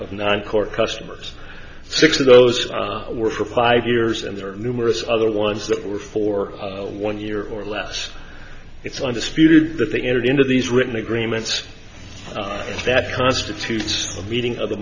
of nine court customers six of those were for five years and there are numerous other ones that were for one year or less if i disputed that they entered into these written agreements that constitutes a meeting of the